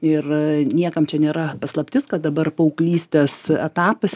ir niekam čia nėra paslaptis kad dabar paauglystės etapas